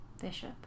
Bishop